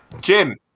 jim